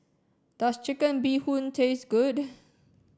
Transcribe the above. does chicken bee hoon taste good